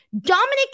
Dominic